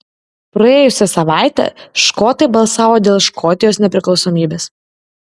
praėjusią savaitę škotai balsavo dėl škotijos nepriklausomybės